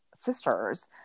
sisters